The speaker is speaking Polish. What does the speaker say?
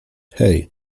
hej